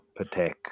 Patek